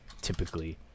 typically